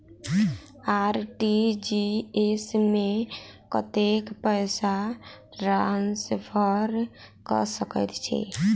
RTGS मे कतेक पैसा ट्रान्सफर कऽ सकैत छी?